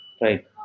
Right